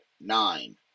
nine